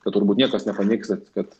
kad turbūt niekas nepaneigs kad